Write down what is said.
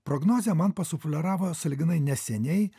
prognozę man pasufleravo sąlyginai neseniai